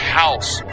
house